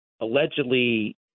allegedly